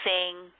sing